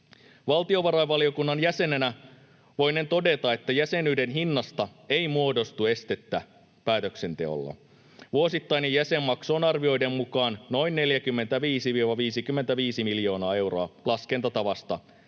Valtiovarainvaliokunnan jäsenenä voinen todeta, että jäsenyyden hinnasta ei muodostu estettä päätöksenteolle. Vuosittainen jäsenmaksu on arvioiden mukaan noin 45—55 miljoonaa euroa laskentatavasta